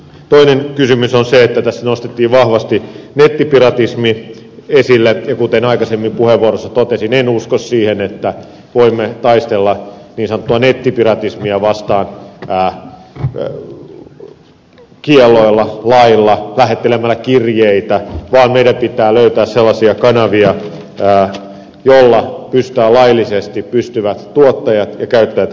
toinen kysymys on se että tässä nostettiin vahvasti nettipiratismi esille ja kuten aikaisemmin puheenvuorossani totesin en usko siihen että voimme taistella niin sanottua nettipiratismia vastaan kielloilla lailla lähettelemällä kirjeitä vaan meidän pitää löytää sellaisia kanavia joilla tuottajat ja käyttäjät pystyvät laillisesti kohtaamaan toisiaan